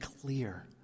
clear